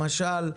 למשל,